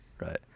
right